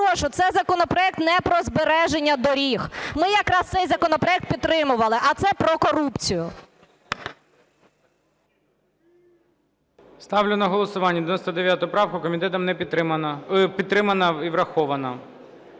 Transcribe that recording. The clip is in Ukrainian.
це законопроект не про збереження доріг. Ми якраз цей законопроект підтримували. А це про корупцію. ГОЛОВУЮЧИЙ. Ставлю на голосування 99 правку. Комітетом не підтримана… Підтримана